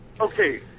Okay